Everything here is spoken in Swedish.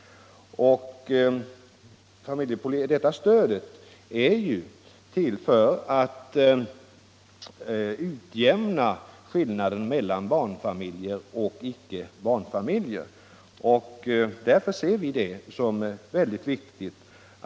Det här stödet är ju till för att utjämna skillnaden mellan barnfamiljer och barnlösa familjer. Därför betraktar vi det som mycket viktigt.